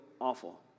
awful